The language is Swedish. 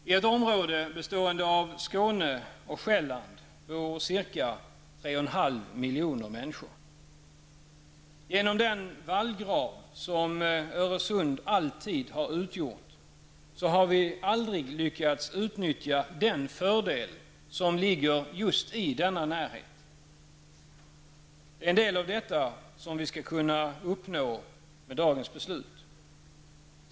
I ett område bestående av Skåne och Själland bor ca 3,5 miljoner människor. Genom den vallgrav som Öresund alltid utgjort har vi aldrig lyckats utnyttja den fördel som ligger just i denna närhet. Det är en del av detta som vi skall kunna uppnå med dagens beslut.